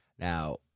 Now